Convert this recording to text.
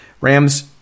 Rams